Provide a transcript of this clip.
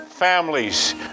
families